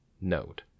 Note